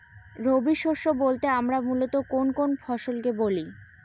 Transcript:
রবি শস্য বলতে আমরা মূলত কোন কোন ফসল কে বলি?